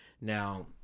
now